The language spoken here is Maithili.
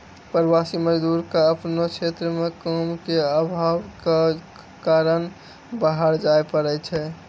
प्रवासी मजदूर क आपनो क्षेत्र म काम के आभाव कॅ कारन बाहर जाय पड़ै छै